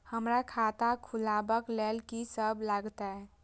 हमरा खाता खुलाबक लेल की सब लागतै?